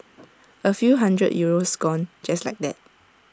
A few hundred euros gone just like that